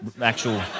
actual